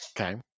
okay